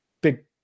big